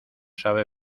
sabe